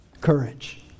Courage